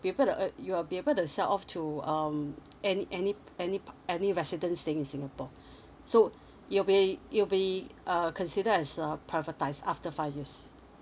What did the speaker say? be able to uh you're be able to sell off to um any any any part any residents staying in singapore so you'll be you'll be uh consider as a priorities after five years